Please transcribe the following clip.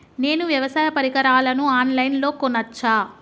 నేను వ్యవసాయ పరికరాలను ఆన్ లైన్ లో కొనచ్చా?